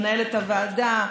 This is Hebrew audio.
מנהלת הוועדה,